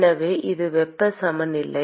எனவே இது வெப்ப சமநிலை